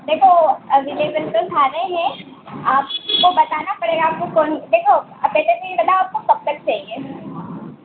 देखो अवलेबल तो था ना यह आप को बताना पड़ेगा आपको कौन देखो पहले यह बताओ आपको कब तक चाहिए